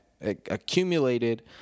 accumulated